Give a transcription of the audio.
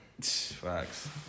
Facts